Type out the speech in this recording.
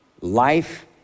Life